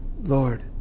Lord